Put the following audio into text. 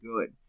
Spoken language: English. good